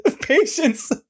patience